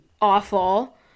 awful